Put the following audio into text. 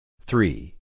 Three